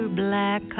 black